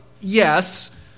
yes